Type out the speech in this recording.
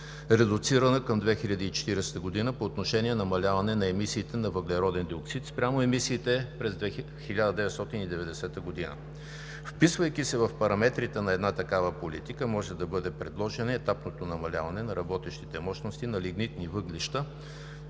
редуцирана към 2040 г. по отношение намаляване на емисиите на въглероден диоксид спрямо емисиите през 1990 г. Вписвайки се в параметрите на една такава политика, може да бъде предложено етапното намаляване на работещите мощности на лигнитни въглища